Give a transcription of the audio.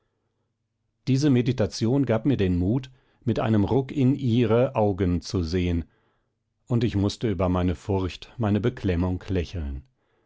diese meditation gab mir den mut mit einem ruck in ihre augen zu sehen und ich mußte über meine furcht meine beklemmung lächeln